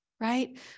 right